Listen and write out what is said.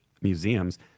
Museum's